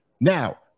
Now